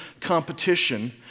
competition